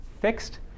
fixed